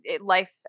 life